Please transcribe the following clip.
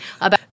about-